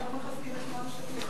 למה לא מחזקים את נועם שליט?